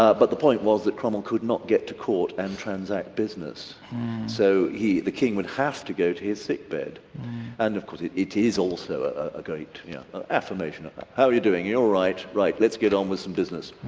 ah but the point was that cromwell could not get to court and transact business so he, the king, would have to go to his sickbed and, of course, it it is also a great yeah ah affirmation about how are you doing? you're alright? right let's get on with some business.